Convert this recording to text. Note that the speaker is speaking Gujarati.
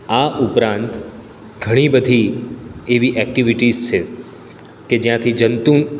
આ ઉપરાંત ઘણી બધી એવી એક્ટિવિટીઝ છે કે જ્યાંથી જંતુ